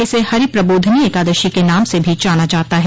इसे हरि प्रबोधनी एकादशी के नाम से भी जाना जाता है